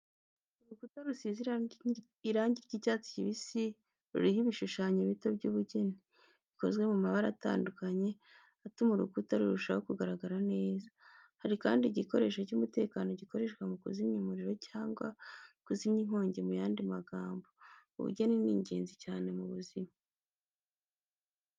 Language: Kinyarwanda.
Urukuta rusize irangi ry’icyatsi kibisi, ruriho ibishushanyo bito by’ubugeni, bikozwe mu mabara atandukanye, atuma urukuta rurushaho kugaragara neza. Hari kandi n'igikoresho cy’umutekano gikoreshwa mu kuzimya umuriro cyangwa kuzimya inkongi mu y'andi magambo. Ubugeni ni ingenzi cyane mu buzima